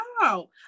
wow